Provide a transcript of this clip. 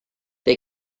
they